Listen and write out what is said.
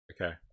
Okay